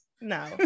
no